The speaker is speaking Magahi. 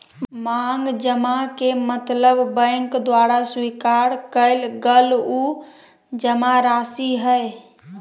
मांग जमा के मतलब बैंक द्वारा स्वीकार कइल गल उ जमाराशि हइ